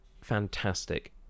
fantastic